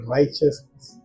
Righteousness